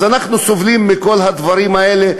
אז אנחנו סובלים מכל הדברים האלה.